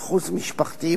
ייחוס משפחתי,